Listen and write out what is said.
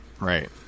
right